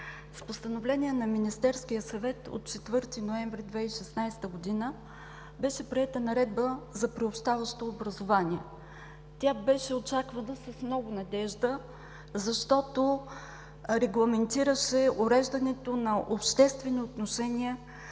С постановление на Министерския съвет от 4 ноември 2016 г. беше приета Наредба за приобщаващо образование. Тя беше очаквана с много надежда, защото регламентираше уреждането на обществени отношения